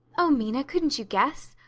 oh, mina, couldn't you guess?